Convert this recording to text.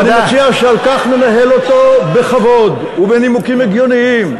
ואני מציע שננהל אותו בכבוד ובנימוקים הגיוניים.